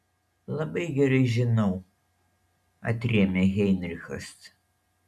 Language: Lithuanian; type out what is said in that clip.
labai gerai žinau atrėmė heinrichas